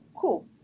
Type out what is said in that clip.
cool